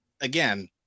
again